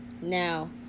Now